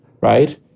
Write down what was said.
right